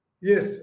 yes